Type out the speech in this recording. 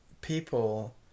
people